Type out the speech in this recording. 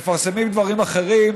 מפרסמים דברים אחרים,